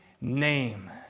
name